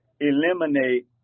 eliminate